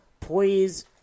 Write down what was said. please